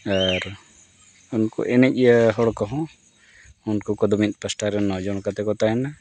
ᱟᱨ ᱩᱱᱠᱩ ᱮᱱᱮᱡ ᱦᱚᱲ ᱠᱚᱦᱚᱸ ᱩᱱᱠᱩ ᱠᱚᱫᱚ ᱢᱤᱫ ᱯᱟᱥᱴᱟ ᱨᱮ ᱱᱚᱡᱚᱱ ᱠᱟᱛᱮᱫ ᱠᱚ ᱛᱟᱦᱮᱱᱟ